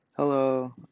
Hello